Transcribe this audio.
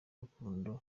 urukundo